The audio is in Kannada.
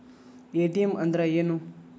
ಎ.ಟಿ.ಎಂ ಅಂದ್ರ ಏನು?